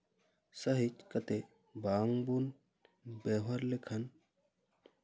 ᱥᱟᱺᱦᱤᱡ ᱠᱟᱛᱮ ᱵᱟᱝᱵᱚᱱ ᱵᱮᱵᱚᱦᱟᱨ ᱞᱮᱠᱷᱟᱱ